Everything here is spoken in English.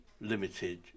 limited